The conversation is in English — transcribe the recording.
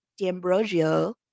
ambrosio